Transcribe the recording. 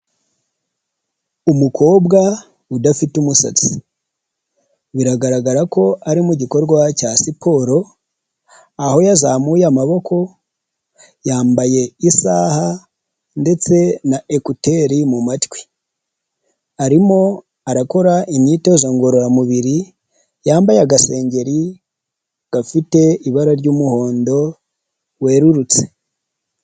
Umukobwa udafite umusatsi, biragaragara ko ari mu gikorwa cya siporo, aho yazamuye amaboko, yambaye isaha ndetse na ekuteri mu matwi, arimo arakora imyitozo ngororamubiri, yambaye agasengeri gafite ibara ry'umuhondo werurutse.